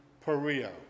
Perea